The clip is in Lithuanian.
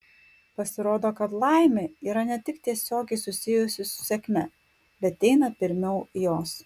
pasirodo kad laimė yra ne tik tiesiogiai susijusi su sėkme bei eina pirmiau jos